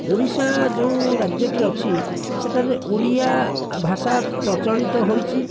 ଓଡ଼ିଶା ଯୋଉ ରାଜ୍ୟଟି ଅଛି ସେଠାରେ ଓଡ଼ିଆ ଆ ଭାଷା ପ୍ରଚଳିତ ହୋଇଛି